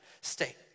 state